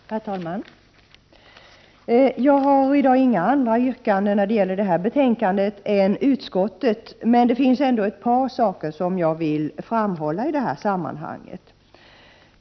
Herr talman! Jag har i dag inga andra yrkanden när det gäller detta betänkande än utskottet, men det finns ändå ett par saker som jag vill framhålla i det här sammanhanget.